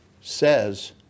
says